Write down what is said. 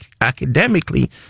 academically